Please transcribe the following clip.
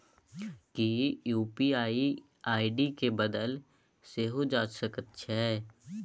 कि UPI ID केँ बदलल सेहो जा सकैत छै?